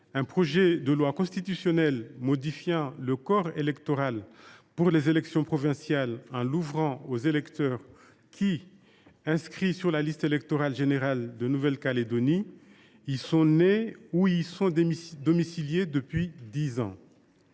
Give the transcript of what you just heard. un projet de loi constitutionnelle modifiant le corps électoral pour les élections provinciales et l’ouvrant aux électeurs qui, inscrits sur la liste électorale générale de Nouvelle Calédonie, sont nés sur ce territoire ou y sont domiciliés depuis au